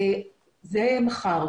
זה יהיה מחר.